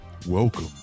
Welcome